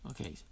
Okay